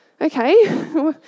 okay